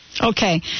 Okay